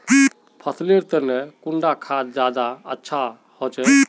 फसल लेर तने कुंडा खाद ज्यादा अच्छा सोबे?